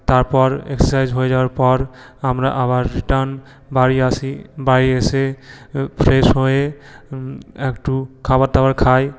তারপর এক্সারসাইজ হয়ে যাওয়ার পর আমরা আবার রিটার্ন বাড়ি আসি বাড়ি এসে ফ্রেশ হয়ে একটু খাবার দাবার খাই